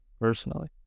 personally